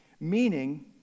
meaning